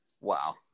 Wow